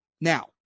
Now